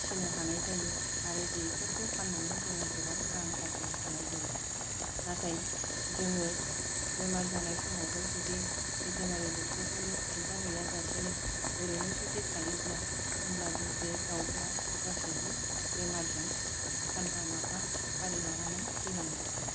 फिसिनो हानाय जायो आरो बेफोरखौ फाननानै जोङो गोबां रां आरजिनो हानाय जायो नाथाय जोङो बेमार जानाय समावबो जुदि भेटेनारि डक्ट'र फोरनो खिन्थाहैयाजासेनो ओरैनो जुदि थायोब्ला होनब्ला बे दाउफोरा गासैबो बेमारजों सानफा माफा फारि लानानै थैलांजोबगोन